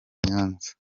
nyanza